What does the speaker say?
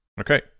Okay